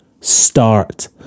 Start